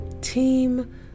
team